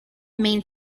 main